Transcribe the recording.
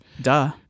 duh